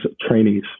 trainees